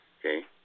okay